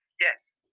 Yes